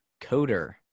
coder